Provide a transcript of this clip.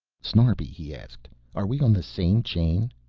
snarbi, he asked, are we on the same chain?